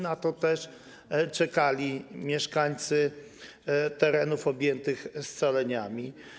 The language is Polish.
Na to też czekali mieszkańcy terenów objętych scaleniami.